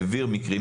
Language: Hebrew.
הרבה פעמים